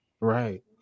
Right